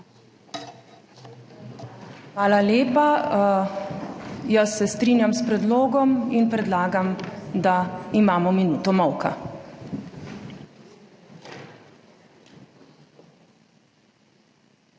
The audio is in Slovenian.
Hvala lepa. Jaz se strinjam s predlogom in predlagam, da imamo minuto molka.